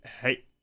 hey